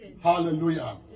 Hallelujah